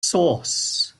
sauce